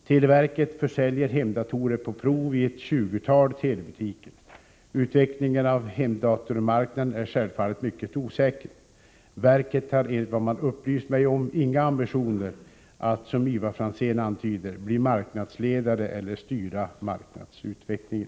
Televerket försäljer hemdatorer på prov i ett tjugotal telebutiker. Utvecklingen av hemdatormarknaden är självfallet mycket osäker. Verket har enligt vad man upplyst mig om inga ambitioner att, såsom Ivar Franzén antyder, bli marknadsledare eller styra marknadsutvecklingen.